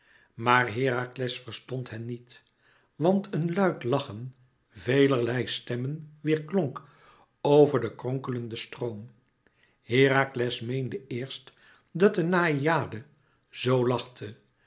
maar herakles verstond hen niet want een luid lachen velerlei stemmen weêrklonk over den kronkelenden stroom herakles meende eerst dat de naïade zoo lachte